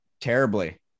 Terribly